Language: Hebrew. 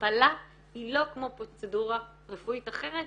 הפלה היא לא כמו פרוצדורה רפואית אחרת.